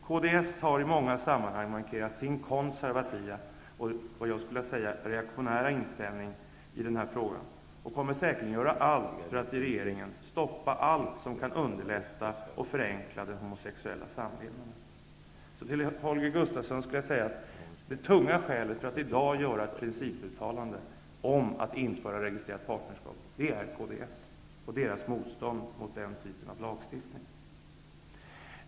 Kds har i många sammanhang markerat sin konservativa -- jag skulle vilja säga reaktionära -- inställning i den här frågan, och man kommer säkerligen att göra allt för att i regeringen stoppa allt som kan underlätta och förenkla den homosexuella samlevnaden. Till Holger Gustafsson skulle jag vilja säga, att det tunga skälet för att i dag göra ett principuttalande om ett införande av registrerat partnerskap är kds och det partiets motstånd mot den typen av lagstiftning.